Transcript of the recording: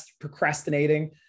procrastinating